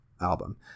album